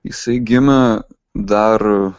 jisai gimė dar